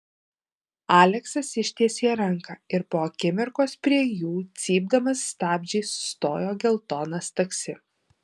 aleksas ištiesė ranką ir po akimirkos prie jų cypdamas stabdžiais sustojo geltonas taksi